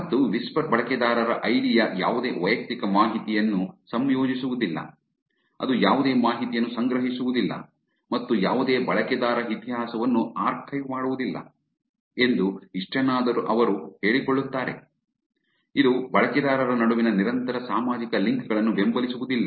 ಮತ್ತು ವಿಸ್ಪರ್ ಬಳಕೆದಾರರ ಐಡಿ ಯ ಯಾವುದೇ ವೈಯಕ್ತಿಕ ಮಾಹಿತಿಯನ್ನು ಸಂಯೋಜಿಸುವುದಿಲ್ಲ ಅದು ಯಾವುದೇ ಮಾಹಿತಿಯನ್ನು ಸಂಗ್ರಹಿಸುವುದಿಲ್ಲ ಮತ್ತು ಯಾವುದೇ ಬಳಕೆದಾರ ಇತಿಹಾಸವನ್ನು ಆರ್ಕೈವ್ ಮಾಡುವುದಿಲ್ಲ ಎಂದು ಇಷ್ಟನ್ನಾದರೂ ಅವರು ಹೇಳಿಕೊಳ್ಳುತ್ತಾರೆ ಇದು ಬಳಕೆದಾರರ ನಡುವಿನ ನಿರಂತರ ಸಾಮಾಜಿಕ ಲಿಂಕ್ ಗಳನ್ನು ಬೆಂಬಲಿಸುವುದಿಲ್ಲ